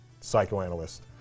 psychoanalyst